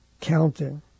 counting